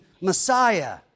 Messiah